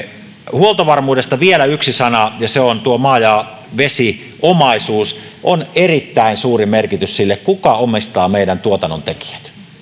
huoltovarmuudesta vielä yksi sana ja se on tuo maa ja vesiomaisuus on erittäin suuri merkitys sillä kuka omistaa meidän tuotannontekijät